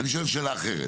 אני שואל שאלה אחרת